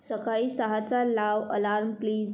सकाळी सहाचा लाव अलार्म प्लीज